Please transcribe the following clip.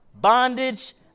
bondage